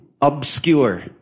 obscure